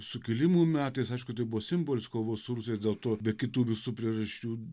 sukilimų metais aišku tai buvo simbolis kovos su rusais dėl to be kitų visų priežasčių